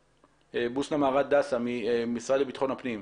בוסנה מהרט דסה מהמשרד לביטחון פנים.